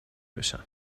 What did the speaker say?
بشم